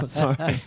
sorry